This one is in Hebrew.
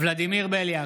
ולדימיר בליאק,